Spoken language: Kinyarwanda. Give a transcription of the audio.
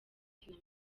kina